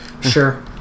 Sure